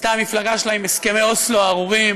שעשתה המפלגה שלה עם הסכמי אוסלו הארורים,